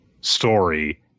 story